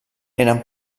eren